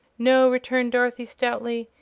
no, returned dorothy, stoutly,